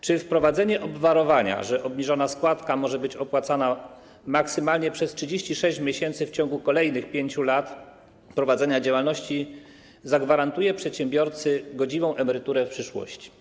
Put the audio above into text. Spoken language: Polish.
Czy wprowadzenie obwarowania, że obniżona składka może być opłacana maksymalnie przez 36 miesięcy w ciągu kolejnych 5 lat prowadzenia działalności, zagwarantuje przedsiębiorcy godziwą emeryturę w przyszłości?